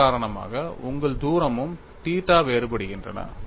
இதன் காரணமாக உங்கள் தூரமும் தீட்டாவும் வேறுபடுகின்றன